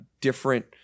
different